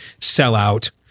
sellout